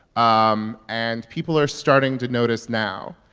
um and people are starting to notice now.